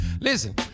listen